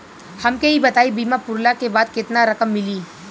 हमके ई बताईं बीमा पुरला के बाद केतना रकम मिली?